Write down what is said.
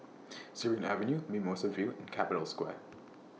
Surin Avenue Mimosa View and Capital Square